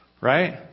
right